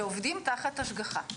שעובדים תחת השגחה.